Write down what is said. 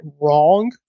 wrong